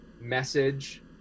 message